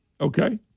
okay